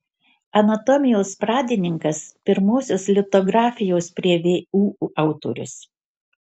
anatomijos pradininkas pirmosios litografijos prie vu autorius